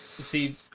see